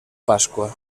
pasqua